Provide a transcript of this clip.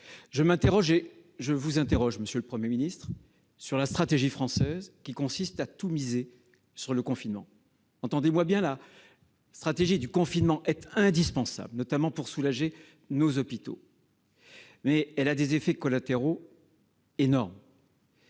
Je m'interroge et je vous interroge, monsieur le Premier ministre, sur la stratégie française qui consiste à tout miser sur le confinement. Entendez-moi bien ; la stratégie du confinement est indispensable, notamment pour soulager nos hôpitaux, mais elle a d'énormes effets collatéraux.